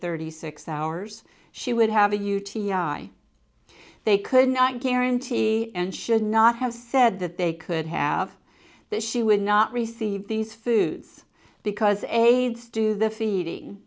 thirty six hours she would have a u t i they could not guarantee and should not have said that they could have that she would not receive these fouth because aides do the feeding